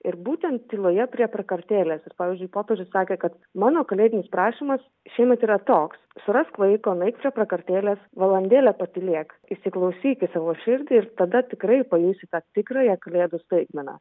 ir būtent tyloje prie prakartėlės ir pavyzdžiui popiežius sakė kad mano kalėdinis prašymas šiemet yra toks surask laiko nueik prie prakartėlės valandėlę patylėk įsiklausyk į savo širdį ir tada tikrai pajusi tą tikrąją kalėdų staigmeną